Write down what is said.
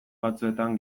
batzuetan